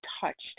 touched